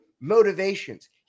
motivations